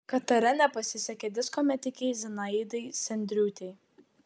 katare nepasisekė disko metikei zinaidai sendriūtei